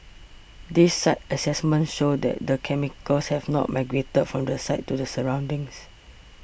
these site assessments show that the chemicals have not migrated from the site to the surroundings